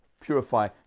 purify